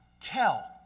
Tell